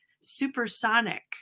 supersonic